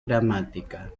gramática